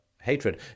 hatred